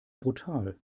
brutal